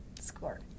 score